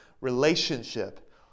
relationship